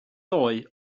ddoe